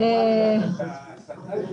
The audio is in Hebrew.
בהעסקה של